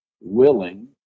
willing